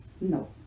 No